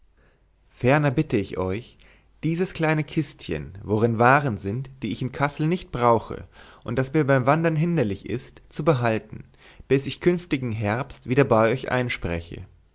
ferner bitte ich euch dieses kleine kistchen worin waren sind die ich in kassel nicht brauche und das mir beim wandern hinderlich ist zu behalten bis ich künftigen herbst wieder bei euch einspreche